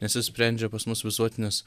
nes jis sprendžia pas mus visuotinės